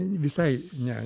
visai ne